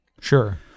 Sure